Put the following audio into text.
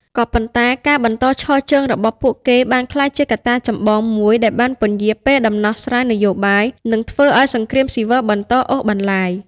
ក៏ប៉ុន្តែការបន្តឈរជើងរបស់ពួកគេបានក្លាយជាកត្តាចម្បងមួយដែលបានពន្យារពេលដំណោះស្រាយនយោបាយ និងធ្វើឱ្យសង្គ្រាមស៊ីវិលបន្តអូសបន្លាយ។